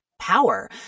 power